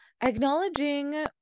acknowledging